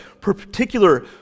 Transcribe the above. particular